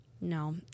no